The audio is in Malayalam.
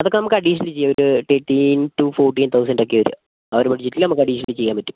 അതൊക്കെ നമുക്ക് അഡീഷണൽ ചെയ്യാം ഒരു തേർട്ടീൻ ടു ഫോർട്ടീൻ തൗസൻഡ് ഒക്കെ വരിക ആ ഒരു ബഡ്ജറ്റിൽ നമുക്ക് അഡീഷണലി ചെയ്യാൻ പറ്റും